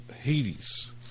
Hades